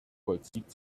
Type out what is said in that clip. vollzieht